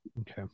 Okay